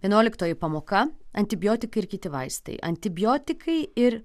vienuoliktoji pamoka antibiotikai ir kiti vaistai antibiotikai ir